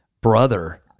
brother